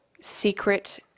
secret